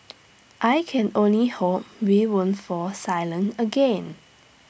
I can only hope we won't fall silent again